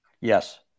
yes